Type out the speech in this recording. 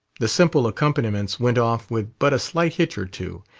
the simple accompaniments went off with but a slight hitch or two,